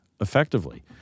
effectively